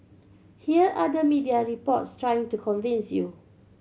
here are the media reports trying to convince you